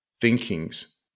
thinkings